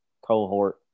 cohort